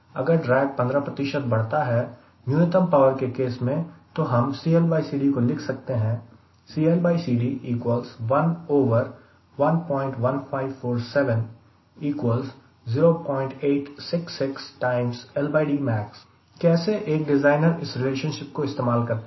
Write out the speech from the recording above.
अगर ड्रैग 15 बढ़ता है न्यूनतम पावर के केस में तो हम CLCD को लिख सकते हैं कैसे एक डिज़ाइनर इस रिलेशनशिप को इस्तेमाल करता है